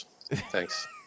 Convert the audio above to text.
thanks